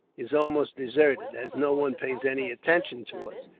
is almost deserted. as no one pays any attention to us,